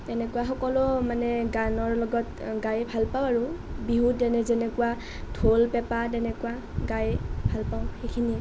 তেনেকুৱা সকলো মানে গানৰ লগত গায় ভাল পাওঁ আৰু বিহু তেনে যেনেকুৱা ঢোল পেপা তেনেকুৱা গায় ভাল পাওঁ সেইখিনিয়ে